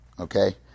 Okay